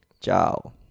Ciao